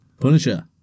Punisher